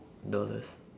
dollars